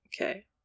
Okay